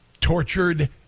tortured